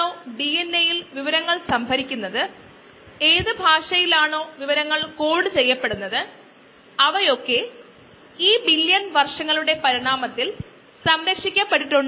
solid line മൊത്തം കോശങ്ങളുടെ സാന്ദ്രതയാണ് ഡോട്ട്ഡ് ലൈൻ അല്ലെങ്കിൽ ഡാഷ്ഡ് ലൈൻ കോശങ്ങളുടെ സാന്ദ്രത കാണിക്കുന്നു